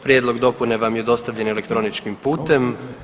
Prijedlog dopune vam je dostavljen elektroničkim putem.